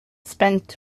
spent